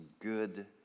good